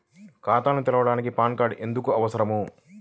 ఖాతాను తెరవడానికి PAN card ఎందుకు అవసరము?